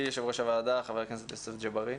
יושב ראש הוועדה חבר הכנסת יוסף ג'בארין,